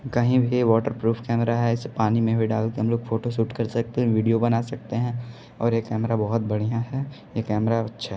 कहीं भी waterproof camera है इसे पानी में भी डाल के हम लोग फोटो सूट कर सकते हैं वीडियो बना सकते हैं और ये कैमरा बहुत बढ़िया है ये कैमरा अच्छा है